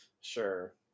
Sure